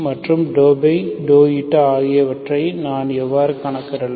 மற்றும் ஆகியவற்றை நான் எவ்வாறு கணக்கிடலாம்